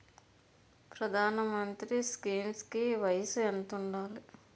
ప్రధాన మంత్రి స్కీమ్స్ కి వయసు ఎంత ఉండాలి?